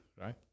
right